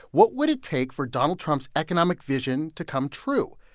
what would it take for donald trump's economic vision to come true?